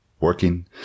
working